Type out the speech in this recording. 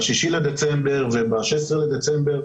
ב-6 בדצמבר וב-16 בדצמבר,